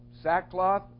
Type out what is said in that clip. sackcloth